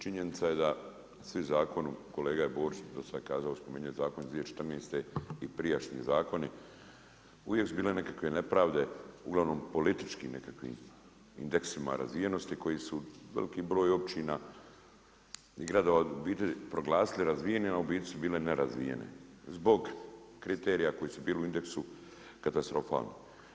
Činjenica je da svi zakoni, kolega Borić je to sada kazao, spominje Zakon iz 2014. i prijašnji zakoni, uvijek su bile nekakve nepravde, uglavnom politički nekakvi indeksi razvijenosti koji su veliki broj općina i gradova, obitelji, proglasili razvijenim a u biti su bile nerazvijene zbog kriterija koji su bili u indeksu katastrofalni.